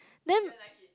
then